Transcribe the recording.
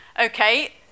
Okay